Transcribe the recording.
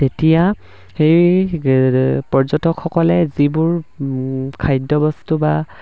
তেতিয়া সেই পৰ্যটকসকলে যিবোৰ খাদ্যবস্তু বা